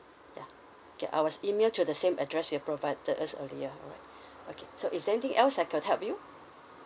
ya okay I will email to the same address you provided us earlier okay so is there anything else I can help you